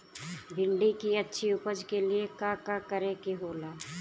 भिंडी की अच्छी उपज के लिए का का करे के होला?